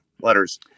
letters